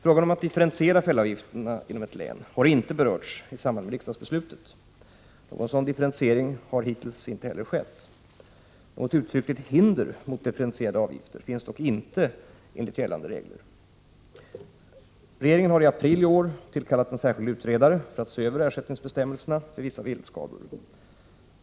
Frågan om att differentiera fällavgifterna inom ett län har inte berörts i samband med riksdagsbeslutet. Någon sådan differentiering har hittills inte heller skett. Något uttryckligt hinder mot differentierade avgifter finns dock inte enligt gällande regler. Regeringen har i april 1988 tillkallat en särskild utredare för att se över ersättningsbestämmelserna vid vissa viltskador.